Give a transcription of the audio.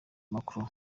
macron